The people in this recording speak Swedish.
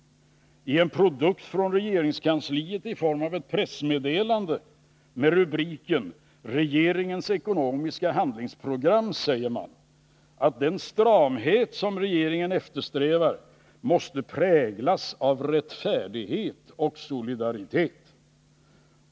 I en produkt från regeringskansliet i form av ett pressmeddelande med rubriken ”Regeringens ekonomiska handlingsprogram” säger man att den stramhet som regeringen eftersträvar måste präglas av rättfärdighet och solidaritet.